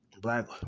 black